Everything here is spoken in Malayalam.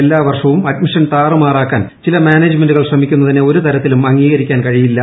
എല്ലാ വർഷവും അഡ്മിഷ്ടൻ ത്ററുമാറാക്കാൻ ചില മാനേജുമെന്റുകൾ ശ്രമിക്കുന്നുതിനെ ഒരു തരത്തിലും അംഗീകരിക്കാൻ കഴിയില്ല്